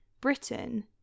Britain